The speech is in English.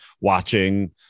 watching